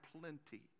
Plenty